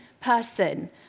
person